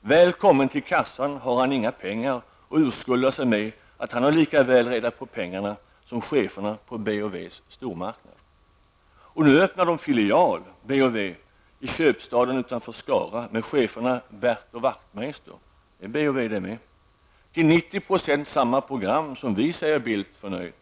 Väl kommen till kassan har han inga pengar och urskuldar sig med att han har lika väl reda på pengarna som cheferna på B & Ws stormarknad. Nu öppnar B & W filial i Köpstaden utanför Skara med cheferna Bert och Wachtmeister. Det är B & W det med. Till 90 % samma program som vi har, säger Bildt förnöjt.